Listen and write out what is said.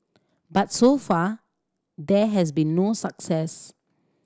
but so far there has been no success